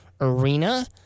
Arena